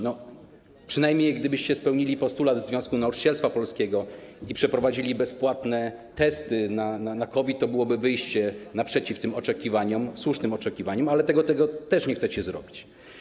No przynajmniej gdybyście spełnili postulat Związku Nauczycielstwa Polskiego i przeprowadzili bezpłatne testy na COVID, to byłoby wyjście naprzeciw tym oczekiwaniom, słusznym oczekiwaniom, ale tego też nie chcecie zrobić.